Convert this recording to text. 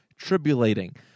tribulating